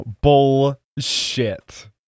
Bullshit